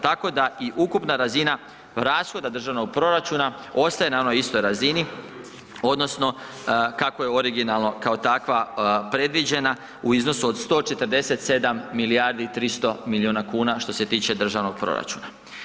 Tako da i ukupna razina rashoda državnog proračuna ostaje na onoj istoj razini odnosno kako je originalno kao takva predviđena u iznosu od 147 milijardi 300 miliona kuna što se tiče državnog proračuna.